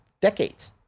decades